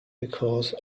because